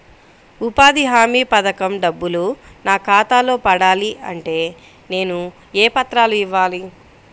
ఉపాధి హామీ పథకం డబ్బులు నా ఖాతాలో పడాలి అంటే నేను ఏ పత్రాలు ఇవ్వాలి?